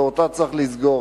ואותה צריך לסגור.